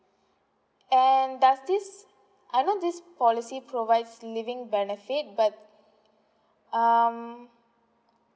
and does this I know this policy provides living benefit but um